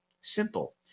Simple